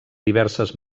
diverses